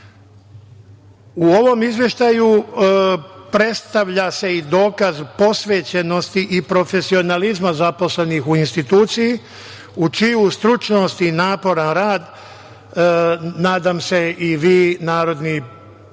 ovom izveštaju se predstavlja i dokaz posvećenosti i profesionalizma zaposlenih u instituciji, u čiju stručnost i naporan rad, nadam se i vi narodni poslanici